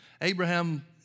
Abraham